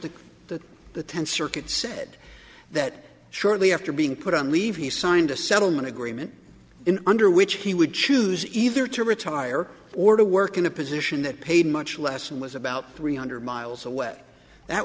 the that the tenth circuit said that shortly after being put on leave he signed a settlement agreement in under which he would choose either to retire or to work in a position that paid much less and was about three hundred miles away that